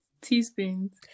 teaspoons